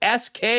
sk